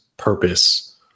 purpose